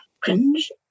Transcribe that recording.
cringe